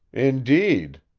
indeed?